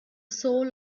soul